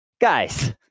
Guys